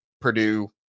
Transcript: Purdue